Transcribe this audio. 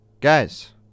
Guys